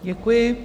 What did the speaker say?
Děkuji.